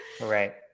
Right